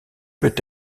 peut